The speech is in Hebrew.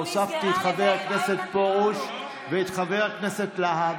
הוספתי את חבר הכנסת פרוש ואת חבר הכנסת להב,